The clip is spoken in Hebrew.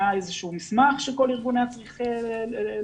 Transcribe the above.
היה איזשהו מסמך שכל ארגון היה צריך להצהיר,